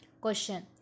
Question